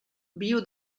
viu